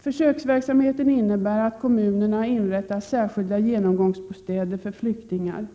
Försöksverksamheten innebär att kommunerna inrättar särskilda genomgångsbostäder för flyktingar.